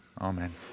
Amen